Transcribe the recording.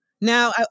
Now